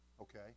Okay